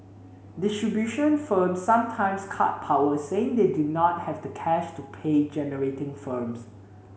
distribution firms sometimes cut power saying they do not have the cash to pay generating firms